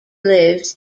lives